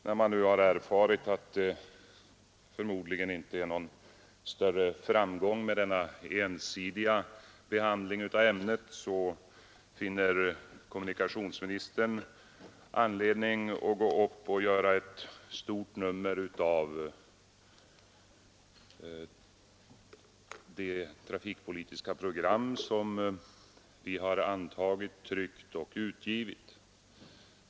När man nu har erfarit att man förmodligen inte når någon framgång med denna ensidiga behandling av ämnet, finner kommunikationsministern anledning att gå upp och göra ett stort nummer av det trafikpolitiska program som vi har antagit, tryckt och utgivit.